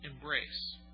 embrace